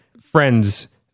friends